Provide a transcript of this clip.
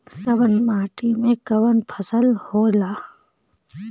कवन माटी में कवन फसल हो ला?